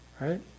right